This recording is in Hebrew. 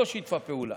לא שיתפה פעולה